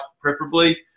preferably